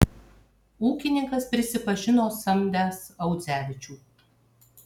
ūkininkas prisipažino samdęs audzevičių